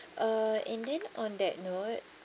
uh and then on that note